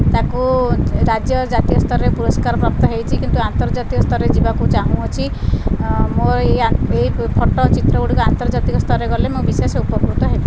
ତାକୁ ରାଜ୍ୟ ଜାତୀୟ ସ୍ତରରେ ପୁରସ୍କାର ପ୍ରାପ୍ତ ହୋଇଛି କିନ୍ତୁ ଆର୍ନ୍ତଜାତୀୟ ସ୍ତରରେ ଯିବାକୁ ଚାହୁଁଛି ମୋର ଏହି ଫଟୋ ଚିତ୍ରଗୁଡ଼ିକ ଆର୍ନ୍ତଜାତିକ ସ୍ତରରେ ଗଲେ ମୁଁ ବିଶେଷ ଉପକୃତ ହେବି